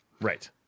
Right